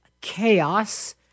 chaos